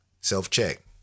self-check